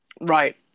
Right